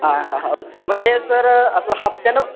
हां हां हो मग ते सर असं हप्त्यानं